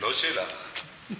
לא שלך.